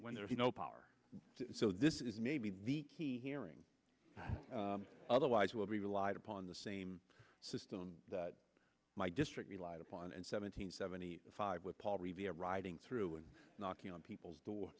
when they're no power so this is maybe the key hearing otherwise will be relied upon the same system that my district relied upon and seventeen seventy five with paul revere riding through and knocking on people's door